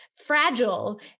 fragile